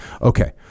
Okay